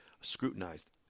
scrutinized